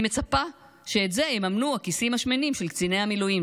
היא מצפה שאת זה יממנו הכיסים השמנים של קציני המילואים,